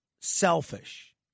selfish